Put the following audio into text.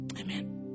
Amen